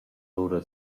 lura